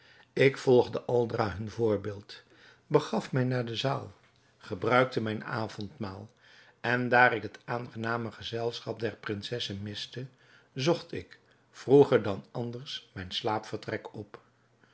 voorbeeld begaf mij naar de zaal gebruikte mijn avondmaal en daar ik het aangename gezelschap der prinsessen miste zocht ik vroeger dan anders mijn slaapvertrek op